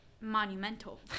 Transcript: monumental